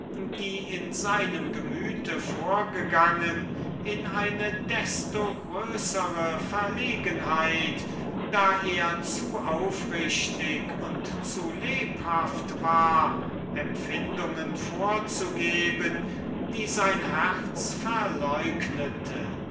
die in seinem herzen vorgegangen war in eine desto größere verlegenheit da er zu aufrichtig und zu lebhaft war empfindungen vorzugeben die sein herz verleugnete